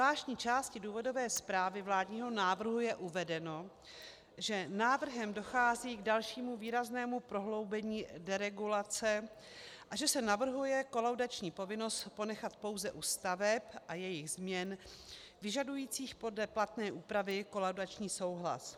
Ve zvláštní části důvodové zprávy vládního návrhu je uvedeno, že návrhem dochází k dalšímu výraznému prohloubení deregulace a že se navrhuje kolaudační povinnost ponechat pouze u staveb a jejich změn vyžadujících podle platné úpravy kolaudační souhlas.